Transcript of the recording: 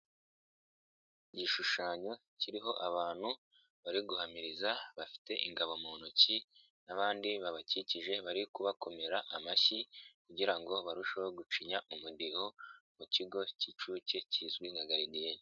Igishushanyo kiriho abantu bari guhamiriza bafite ingabo mu ntoki n'abandi babakikije bari kubakomera amashyi kugira ngo barusheho gucinya umudiho mu kigo k'inshuke kizwi nka garidiyene.